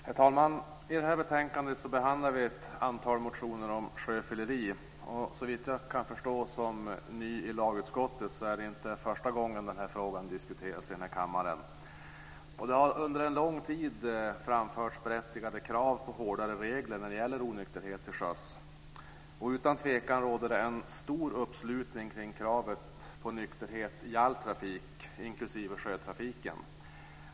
Herr talman! I det här betänkandet behandlar vi ett antal motioner om sjöfylleri, och såvitt jag kan förstå som ny i lagutskottet är det inte första gången den här frågan diskuteras i den här kammaren. Det har under en lång tid framförts berättigade krav på hårdare regler när det gäller onykterhet till sjöss. Utan tvekan råder det en stor uppslutning kring kravet på nykterhet i all trafik inklusive sjötrafiken.